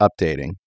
updating